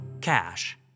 Cash